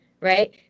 right